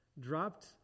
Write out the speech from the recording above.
dropped